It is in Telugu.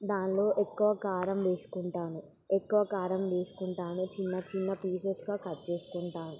దానిలో ఎక్కువ కారం వేసుకుంటాను ఎక్కువ కారం తీసుకుంటాను చిన్న చిన్న పీసెస్గా కట్ చేసుకుంటాను